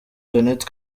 jeannette